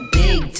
big